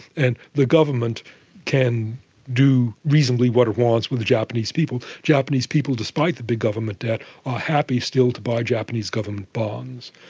and the government can do reasonably what it wants with the japanese people. japanese people, despite the big government debt, are happy still to buy japanese government bonds.